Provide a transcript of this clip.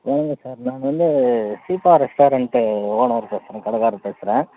ஏன்ங்க sir நான் வந்து Seetha restaurant owner பேசுகிறேன் கடைக்காரர் பேசுகிறேன்